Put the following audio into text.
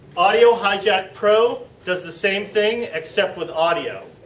audio hijack pro does the same thing except with audio.